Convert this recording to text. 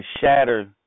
shatter